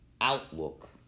outlook